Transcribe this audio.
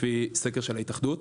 לפי סקר של ההתאחדות.